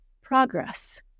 progress